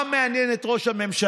מה מעניין את ראש הממשלה?